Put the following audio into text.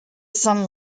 sun